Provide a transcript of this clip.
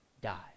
die